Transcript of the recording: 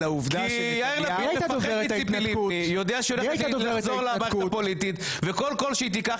כל אחד יודע היא ה ולכת לחזור למערכת הפוליטית וכל קול שהיא תיקח,